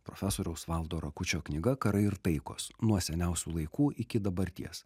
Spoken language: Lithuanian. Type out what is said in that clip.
profesoriaus valdo rakučio knyga karai ir taikos nuo seniausių laikų iki dabarties